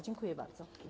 Dziękuję bardzo.